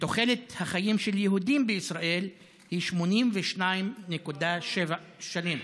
ותוחלת החיים של יהודים בישראל היא 82.7 שנים.